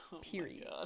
Period